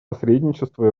посредничества